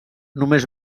només